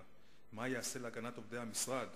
למנוע איזשהו פרסום,